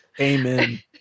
Amen